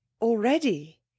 already